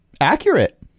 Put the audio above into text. Accurate